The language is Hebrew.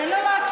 תן לו להקשיב.